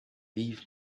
leave